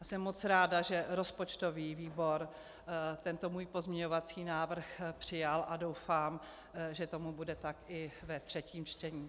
Jsem moc ráda, že rozpočtový výbor tento můj pozměňovací návrh přijal, a doufám, že tomu bude tak i ve třetím čtení.